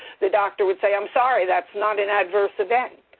the doctor would say, i'm sorry that's not an adverse event.